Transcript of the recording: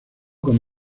con